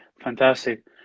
Fantastic